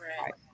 Right